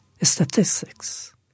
statistics